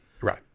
right